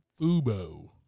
FUBO